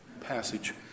passage